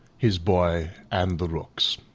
his boy, and the rooks